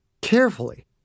carefully